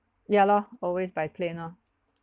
ya lor always by plane lor